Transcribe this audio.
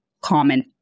common